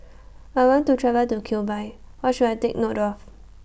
I want to travel to Cuba What should I Take note of